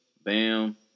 Bam